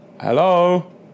Hello